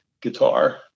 guitar